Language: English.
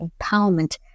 empowerment